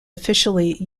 officially